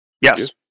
Yes